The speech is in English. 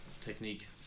technique